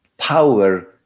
power